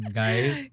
guys